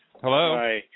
Hello